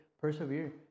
persevere